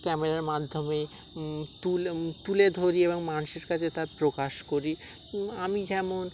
ক্যামেরার মাধ্যমে তুলে তুলে ধরি এবং মানুষের কাছে তা প্রকাশ করি আমি যেমন